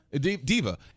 diva